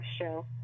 show